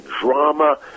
drama